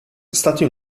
stati